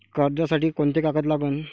कर्जसाठी कोंते कागद लागन?